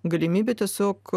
galimybė tiesiog